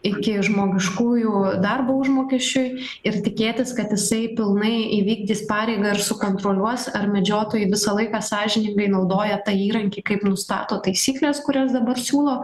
iki žmogiškųjų darbo užmokesčiui ir tikėtis kad jisai pilnai įvykdys pareigą ir sukontroliuos ar medžiotojai visą laiką sąžiningai naudoja tą įrankį kaip nustato taisyklės kurias dabar siūlo